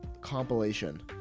compilation